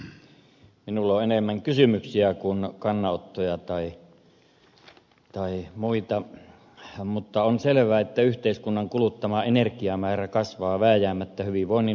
minulla on enemmän kysymyksiä kuin kannanottoja tai muita mutta on selvää että yhteiskunnan kuluttama energiamäärä kasvaa vääjäämättä hyvinvoinnin lisääntyessä